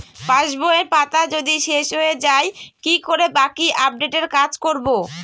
পাসবইয়ের পাতা যদি শেষ হয়ে য়ায় কি করে বাকী আপডেটের কাজ করব?